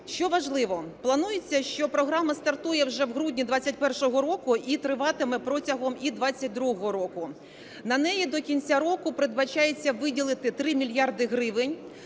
Що важливо? Планується, що програма стартує вже в грудні 21-го року і триватиме протягом і 22-го року. На неї до кінця року передбачається виділити 3 мільярди гривень.